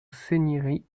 cinieri